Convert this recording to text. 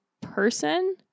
person